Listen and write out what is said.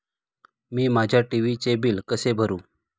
मी माझ्या टी.व्ही चे बिल कसे भरू?